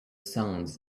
sounds